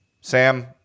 Sam